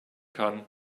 kann